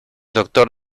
doctor